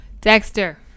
Dexter